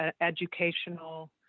educational